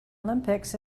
olympics